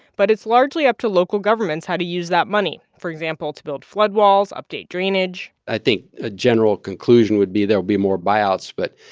but it's largely up to local governments how to use that money for example, to build flood walls, update drainage i think a general conclusion would be there'll be more buyouts. but,